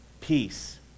peace